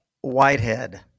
Whitehead